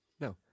No